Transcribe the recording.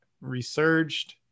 resurged